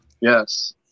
Yes